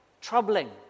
troubling